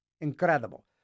Incredible